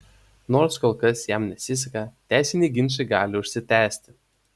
nors kol kas jam nesiseka teisiniai ginčai gali užsitęsti